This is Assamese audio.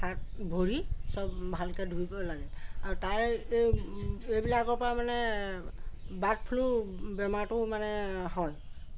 হাত ভৰি চব ভালকৈ ধুব লাগে আৰু তাৰ এই এইবিলাকৰ পা মানে বাৰ্ড ফ্লু বেমাৰটোও মানে হয়